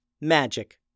Magic